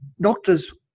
doctors